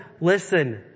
listen